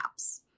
apps